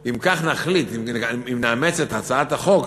אם כך נחליט, אם נאמץ את הצעת החוק,